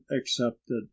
accepted